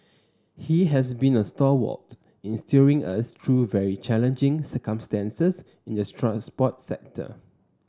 he has been a stalwart in steering us through very challenging circumstances in the transport sector